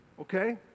okay